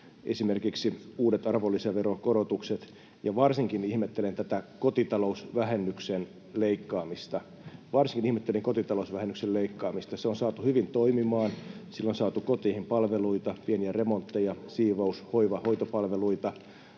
esimerkiksi uudet arvonlisäveron korotukset, ja varsin ihmettelin tätä kotitalousvähennyksen leikkaamista. Se on saatu hyvin toimimaan, sillä on saatu koteihin palveluita, pieniä remontteja, siivous‑, hoiva‑ ja hoitopalveluita,